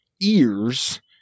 ears